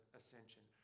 ascension